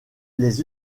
les